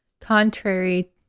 Contrary